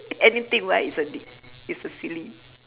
anything why isn't it's a silly